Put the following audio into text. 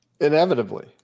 inevitably